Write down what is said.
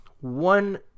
one